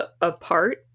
apart